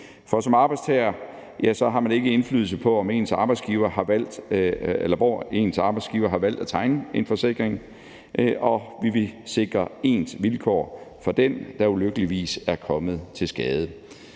For som arbejdstager har man ikke indflydelse på, hvor ens arbejdsgiver har valgt at tegne en forsikring, og vi vil sikre ens vilkår for den, der ulykkeligvis er kommet til skade.